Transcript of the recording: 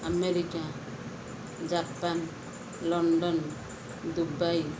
America Japan London Dubai